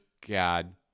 God